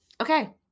Okay